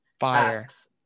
asks